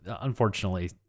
unfortunately